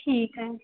ठीक है